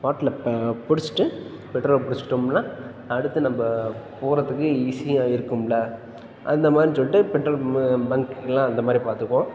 பாட்டில்ல பிடிச்சுட்டு பெட்ரோல் பிடிச்சுட்டோம்னா அடுத்து நம்ம போகிறதுக்கு ஈஸியாக இருக்கும்ல அந்த மாதிரி சொல்லிட்டு பெட்ரோல் பங்க் எல்லாம் அந்த மாதிரி பார்த்துப்போம்